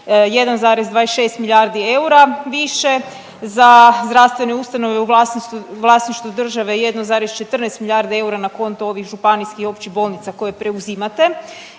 1,26 milijardi eura više, za zdravstvene ustanove u vlasništvu države 1,14 milijardi eura na konto ovih županijskih i općih bolnica koje preuzimate